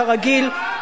כרגיל,